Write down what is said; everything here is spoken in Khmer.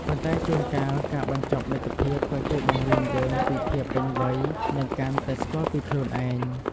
ប៉ុន្តែជួនកាល ការបញ្ចប់មិត្តភាពក៏ជួយបង្រៀនយើងពីភាពពេញវ័យ និងកាន់តែស្គាល់ពីខ្លួនឯង។